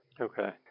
Okay